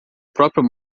próprio